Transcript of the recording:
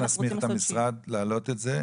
אז אנחנו נסמיך את המשרד להעלות את זה?